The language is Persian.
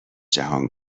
جهان